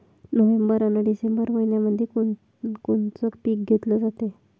November अन डिसेंबर मइन्यामंधी कोण कोनचं पीक घेतलं जाते?